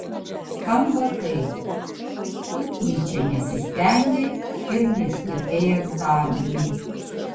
skamba taip tu tyčia nesistengei ir neišlaikei egzaminų